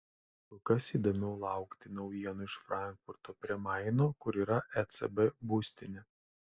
kur kas įdomiau laukti naujienų iš frankfurto prie maino kur yra ecb būstinė